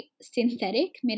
synthetic